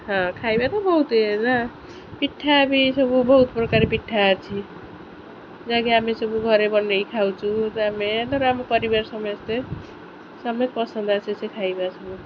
ହଁ ଖାଇବା ତ ବହୁତ ଏ ନା ପିଠା ବି ସବୁ ବହୁତପ୍ରକାର ପିଠା ଅଛି ଯାହାକି ଆମେ ସବୁ ଘରେ ବନେଇ ଖାଉଛୁ ଆମେ ଧର ଆମ ପରିବାର ସମସ୍ତେ ସମସ୍ତେ ପସନ୍ଦ ଆସେ ସେ ଖାଇବା ସବୁ